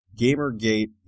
Gamergate